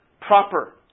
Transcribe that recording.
proper